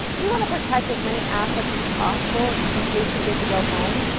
we want to protect as many assets as possible, in case you get to go home.